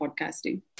podcasting